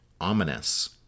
ominous